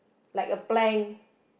like a plank